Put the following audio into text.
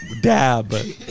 dab